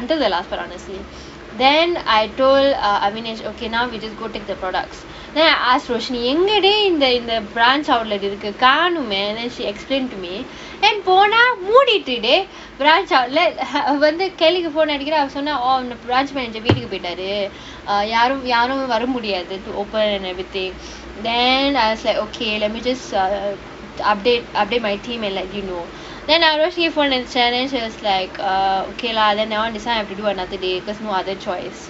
until the last part honestly then I told ahvenesh okay now you just go take the products then I ask roshni எங்கடீ இந்த இந்த:engadee intha intha branch outlet இருக்கு காணோமே:irukku kanomae then she explain to me then போனா மூடிட்டுடே:ponaa moodittudae branch outlet ha வந்து:vanthu kelly கு:ku phone அடிக்கிறேன் அவ சொன்னா:adikkiraen ava sonnaa oh branch manager வீட்டுக்கு போயிட்டாரு:veettukku poyitaaru err யாரும் யாருமே வர முடியாது:yaarum yaarumae vara mudiyaathu to open everything then I was like okay let me just err the update update my team and let you know then err okay lah then that [one] next time I do another day no other choice